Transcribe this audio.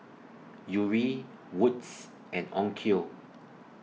Yuri Wood's and Onkyo